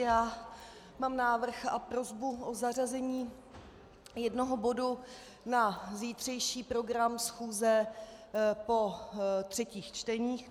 Já mám návrh a prosbu o zařazení jednoho bodu na zítřejší program schůze po třetích čteních.